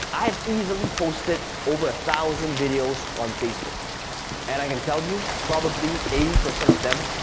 i have easily posted over a thousand videos on facebook and i can tell you, probably eighty percent of them,